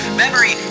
memory